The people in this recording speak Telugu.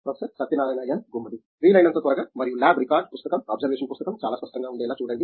ప్రొఫెసర్ సత్యనారాయణ ఎన్ గుమ్మడి వీలైనంత త్వరగా మరియు ల్యాబ్ రికార్డ్ పుస్తకం అబ్జర్వేషన్ పుస్తకం చాలా స్పష్టంగా ఉండేలా చూడండి